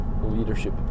leadership